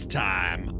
time